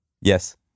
Yes